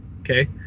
Okay